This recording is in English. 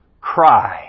cry